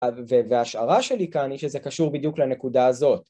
והשערה שלי כאן היא שזה קשור בדיוק לנקודה הזאת.